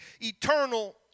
eternal